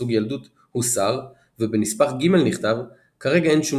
סוג ילדות" הוסר ובנספח ג' נכתב "כרגע אין שום